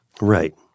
Right